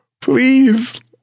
Please